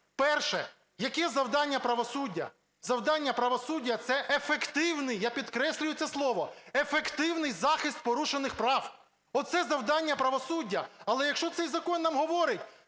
Перше. Яке завдання правосуддя? Завдання правосуддя – це ефективний, я підкреслюю це слово, ефективний захист порушених прав, оце завдання правосуддя. Але якщо цей закон нам говорить: